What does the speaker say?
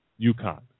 UConn